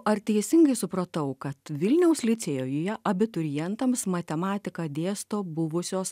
ar teisingai supratau kad vilniaus licėjuje abiturientams matematiką dėsto buvusios